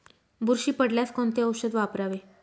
बुरशी पडल्यास कोणते औषध वापरावे?